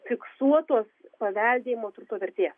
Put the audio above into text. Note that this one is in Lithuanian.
fiksuotos paveldėjimo turto vertės